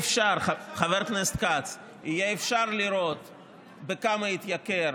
חבר את שני הדברים ואולי תראה את התוצאה.